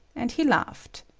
and he laughed.